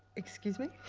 excuse me?